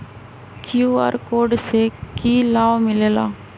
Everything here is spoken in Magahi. कियु.आर कोड से कि कि लाव मिलेला?